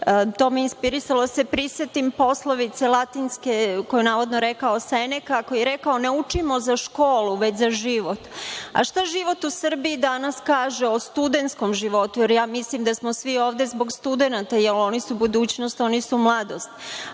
me je inspirisalo da se prisetim poslovice latinske koju je navodno rekao Senek, a koji je rekao – „Ne učimo za školu, već za život“, a šta život u Srbiji danas kaže o studentskom životu, jer ja mislim da smo svi ovde zbog studenata, jer oni su budućnost, oni su mladost.